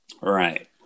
right